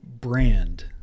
brand